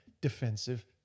defensive